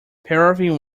paraffin